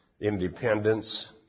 independence